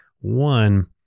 One